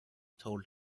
told